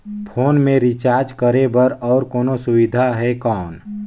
Phone मे recharge करे बर और कोनो सुविधा है कौन?